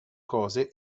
cose